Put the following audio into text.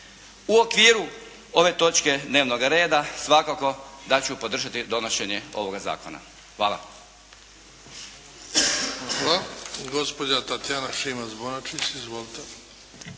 U okviru ove točke dnevnoga reda svakako da ću podržati donošenje ovoga zakona. Hvala.